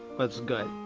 but its good!